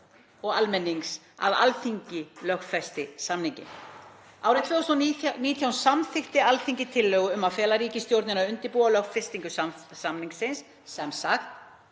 og almennings að Alþingi lögfesti samninginn. Árið 2019 samþykkti Alþingi tillögu um að fela ríkisstjórninni að undirbúa lögfestingu samningsins,“ — sem sagt